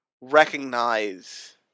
recognize